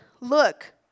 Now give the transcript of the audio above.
Look